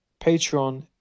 patreon